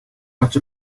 out